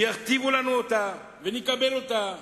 ויכתיבו לנו אותה ונקבל אותה,